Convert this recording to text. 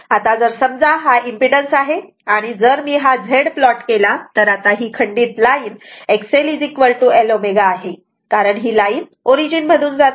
आता जर समजा हा इम्पीडन्स आहे आणि जर मी हा Z प्लॉट केला तर आता ही खंडित लाईन XLL ω आहे कारण ही लाईन ओरिजिन मधून जात आहे